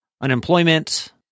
unemployment